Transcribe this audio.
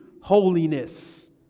holiness